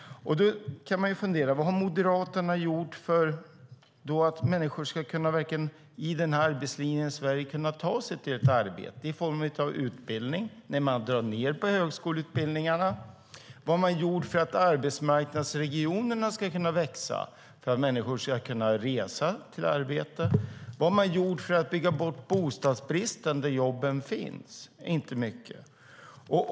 Man kan fundera på vad Moderaterna har gjort för att människor i arbetslinjens Sverige ska kunna ta sig till ett arbete genom utbildning. Ni har dragit ned på högskoleutbildningarna. Vad har Moderaterna gjort för att arbetsmarknadsregionerna ska kunna växa så att människor ska kunna resa till arbetet? Vad har ni gjort för att bygga bort bostadsbristen där jobben finns? Inte mycket.